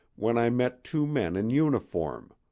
when i met two men in uniform,